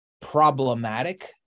problematic